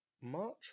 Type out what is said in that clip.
March